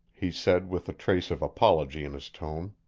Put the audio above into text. he said with a trace of apology in his tone.